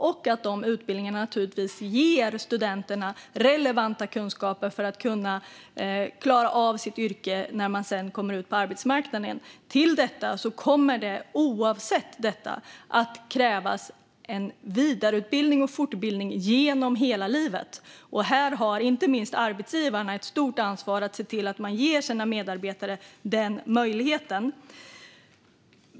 Det krävs naturligtvis också att utbildningarna ger studenterna relevanta kunskaper för att klara av sitt yrke när de sedan kommer ut på arbetsmarknaden. Till det kommer det, oavsett detta, att krävas en vidareutbildning och en fortbildning genom hela livet. Här har inte minst arbetsgivarna ett stort ansvar för att se till att de ger sina medarbetare denna möjlighet.